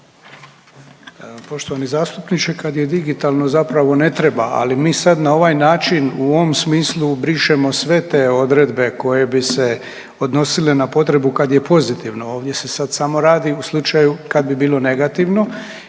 Poštovani zastupniče, kad je digitalno zapravo ne treba ali mi sad na ovaj način u ovom smislu brišemo sve te odredbe koje bi se odnosile na potrebu kad je pozitivno. Ovdje se sad samo radi u slučaju kad bi bilo negativno